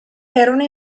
erano